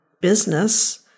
business